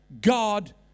God